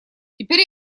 теперь